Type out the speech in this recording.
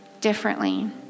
differently